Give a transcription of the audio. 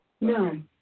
No